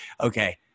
okay